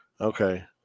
Okay